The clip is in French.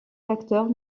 facteurs